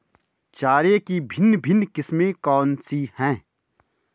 चारे की भिन्न भिन्न किस्में कौन सी हैं?